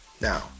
now